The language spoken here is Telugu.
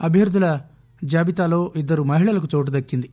అభ్యర్దుల జాబితాలో ఇద్దరు మహిళలకు చోటుదక్కింది